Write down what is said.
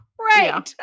Right